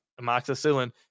amoxicillin